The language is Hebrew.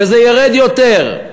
וזה ירד יותר.